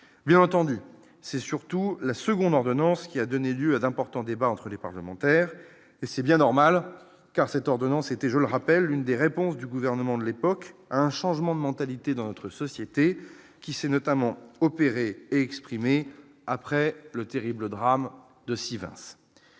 bien entendu, c'est surtout la seconde ordonnance qui a donné lieu à d'importants débats entre les parlementaires et c'est bien normal car cette ordonnance était, je le rappelle, l'une des réponses du gouvernement de l'époque, un changement de mentalité dans notre société, qui s'est notamment opéré exprimé après le terrible drame de Sylvain